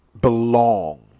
belong